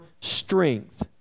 strength